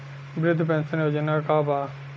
वृद्ध पेंशन योजना का बा?